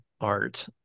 art